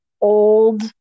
old